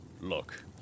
Look